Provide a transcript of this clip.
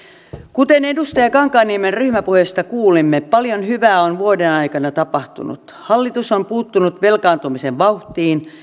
kuten edustaja kankaanniemen ryhmäpuheesta kuulimme paljon hyvää on vuoden aikana tapahtunut hallitus on puuttunut velkaantumisen vauhtiin